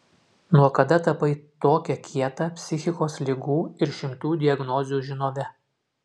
nuo kada tapai tokia kieta psichikos ligų ir šimtų diagnozių žinove